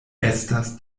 estas